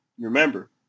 Remember